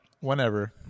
Whenever